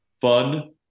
fun